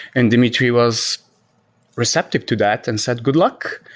and dimitri was receptive to that and said, good luck.